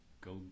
go